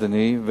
אדוני,